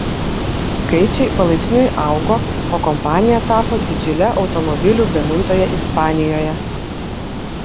skaičiai palaipsniui augo o kompanija tapo didžiule automobilių gamintoja ispanijoje